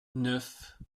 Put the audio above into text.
neuf